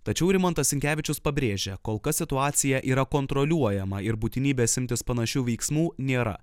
tačiau rimantas sinkevičius pabrėžia kol kas situacija yra kontroliuojama ir būtinybės imtis panašių veiksmų nėra